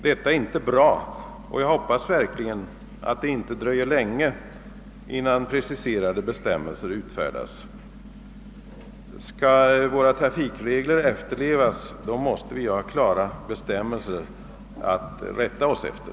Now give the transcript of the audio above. Detta är inte bra, och jag hoppas som sagt att det inte dröjer länge innan preciserade regler utfärdas. Skall våra trafikregler efterlevas måste de vara så klara att vi vet vad vi har att rätta oss efter.